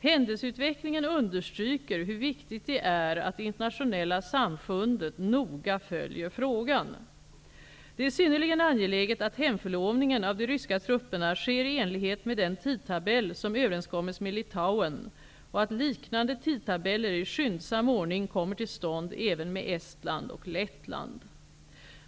Händelseutvecklingen understryker hur viktigt det är att det internationella samfundet noga följer frågan. Det är synnerligen angeläget att hemförlovningen av de ryska trupperna sker i enlighet med den tidtabell som överenskommits med Litauen och att liknande tidtabeller i skyndsam ordning kommer till stånd även med Estland och Lettland.